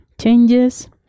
changes